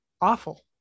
awful